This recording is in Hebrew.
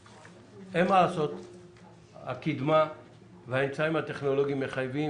הקדמה והאמצעים הטכנולוגיים מחייבים,